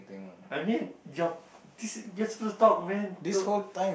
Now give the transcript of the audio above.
I mean your thi~ you're suppose to talk man to